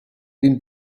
den